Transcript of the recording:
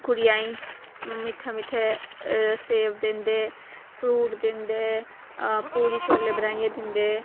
कुड़ियां ई मीठा मीठे सेब दिंदे फ्रूट दिंदे पूरी छोल्ले बनाइयै दिंदे